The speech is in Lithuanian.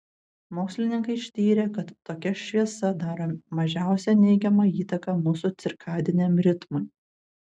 mokslininkai ištyrė kad tokia šviesa daro mažiausią neigiamą įtaką mūsų cirkadiniam ritmui